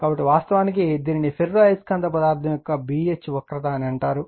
కాబట్టి వాస్తవానికి దీనిని ఫెర్రో అయస్కాంత పదార్థం యొక్క B H వక్రత అని అంటారు